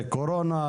קורונה,